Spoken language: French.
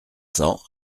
cents